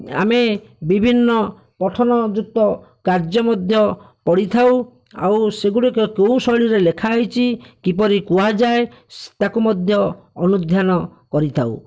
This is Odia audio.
ଆମେ ବିଭିନ୍ନ ପଠନଯୁକ୍ତ କାର୍ଯ୍ୟ ମଧ୍ୟ ପଢ଼ିଥାଉ ଆଉ ସେଗୁଡ଼ିକ କେଉଁ ଶୈଳୀରେ ଲେଖାହୋଇଛି କିପରି କୁହାଯାଏ ତାକୁ ମଧ୍ୟ ଅନୁଧ୍ୟାନ କରିଥାଉ